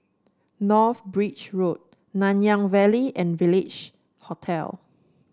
North Bridge Road Nanyang Valley and Village Hotel